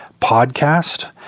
podcast